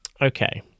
Okay